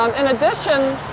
um in addition,